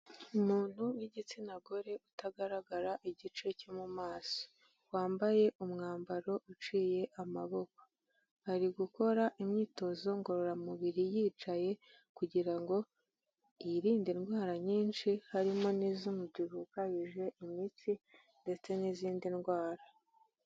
Umuntu w'igitsina gore utagaragara igice cyo mu maso wambaye umwambaro uciye amaboko ari gukora imyitozo ngororamubiri yicaye kugira ngo yirinde indwara nyinshi harimo n'iz'umubyibuho ukabije, imitsi ,ndetse n'izindi ndwara.